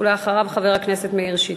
אחריו, חבר הכנסת מאיר שטרית.